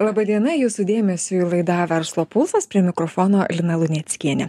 laba diena jūsų dėmesiui laida verslo pulsas prie mikrofono lina luneckienė